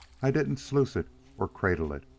i didn't sluice it, or cradle it.